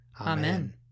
Amen